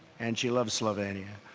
and she loves slovenia.